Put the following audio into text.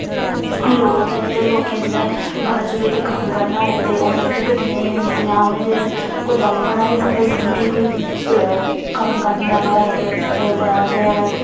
लोग ऐ जेह्ड़े लोकें जि'नें बड़ा जरूरी कम्म करना होऐ ते उ'नें गी गड्डियां नेईं मिलदियां उ'नें जेल्लै कुदै बड़ा ई जादा जरूरी कोई कम्म करन जाना होऐ ते बड़ा उ'नें